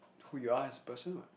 who you are as a person [what]